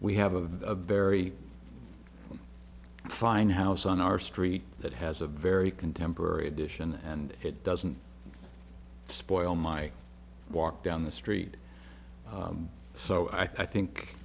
we have a very fine house on our street that has a very contemporary edition and it doesn't spoil my walk down the street so i think